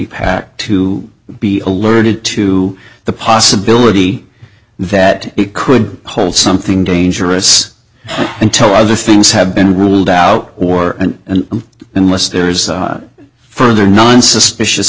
pack to be alerted to the possibility that it could hold something dangerous until other things have been ruled out or and unless there's further none suspicious